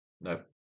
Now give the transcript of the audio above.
no